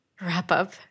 Wrap-up